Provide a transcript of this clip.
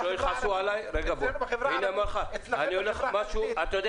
מי עושה חתונה כזו אצלנו בחברה הערבית ואצלכם בחברה היהודית?